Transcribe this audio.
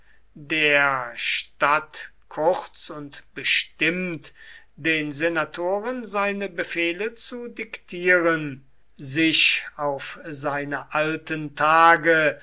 der statt kurz und bestimmt den senatoren seine befehle zu diktieren sich auf seine alten tage